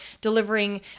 delivering